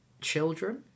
children